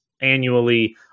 annually